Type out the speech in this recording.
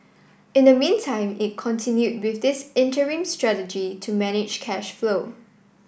in the meantime it continued with this interim strategy to manage cash flow